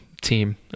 team